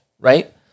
right